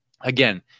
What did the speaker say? again